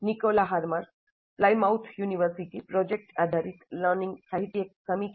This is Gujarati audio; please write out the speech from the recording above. Nikola Harmer Plymouth university project આધારિત લર્નિંગ સાહિત્યિક સમીક્ષા httpswww